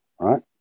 Right